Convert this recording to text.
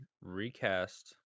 recast